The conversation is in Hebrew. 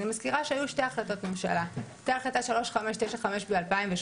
אני מזכירה שהיו שתי החלטות ממשלה: הייתה החלטה 3595 ב-2018,